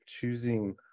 choosing